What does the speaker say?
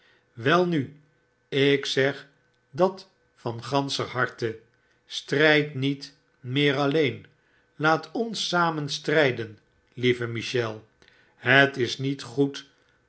welnu ik zeg dat van ganscher harte stryd niet meer alleen laat ons samen stryden lieve michel het is niet goed